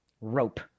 rope